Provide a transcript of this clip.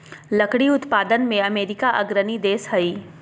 लकड़ी उत्पादन में अमेरिका अग्रणी देश हइ